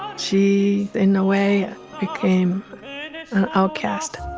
um she in no way became an outcast